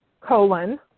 colon